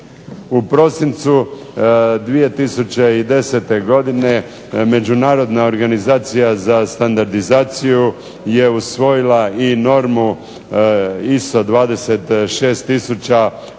U prosincu 2010. godine Međunarodna organizacija za standardizaicju je usvojila i normu ISO 26000